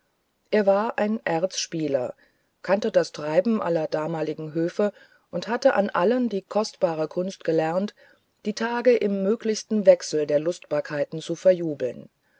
er war ein erzspieler kannte das treiben aller damaligen höfe und hatte an allen die kostbare kunst gelernt die tage im möglichsten wechsel der lustbarkeiten zu verjubeln